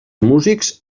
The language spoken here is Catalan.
músics